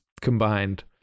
combined